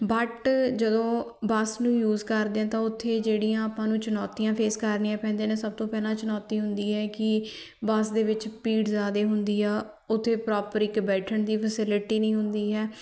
but ਜਦੋਂ bus ਨੂੰ use ਕਰਦੇ ਹਾਂ ਤਾਂ ਉੱਥੇ ਜਿਹੜੀਆਂ ਆਪਾਂ ਨੂੰ ਚੁਣੌਤੀਆਂ ਫੇਸ ਕਰਨੀਆਂ ਪੈਂਦੀਆਂ ਨੇ ਸਭ ਤੋਂ ਪਹਿਲਾਂ ਚੁਣੌਤੀ ਹੁੰਦੀ ਹੈ ਕਿ ਬੱਸ ਦੇ ਵਿੱਚ ਭੀੜ ਜ਼ਿਆਦੇ ਹੁੰਦੀ ਆ ਉੱਥੇ ਪ੍ਰੋਪਰ ਇੱਕ ਬੈਠਣ ਦੀ ਫੈਸਿਲਿਟੀ ਨਹੀਂ ਹੁੰਦੀ ਹੈ